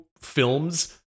films